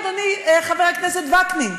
אדוני חבר הכנסת וקנין,